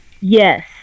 Yes